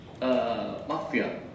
Mafia